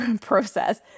process